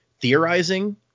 theorizing